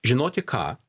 žinoti ką